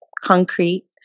concrete